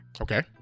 Okay